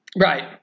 Right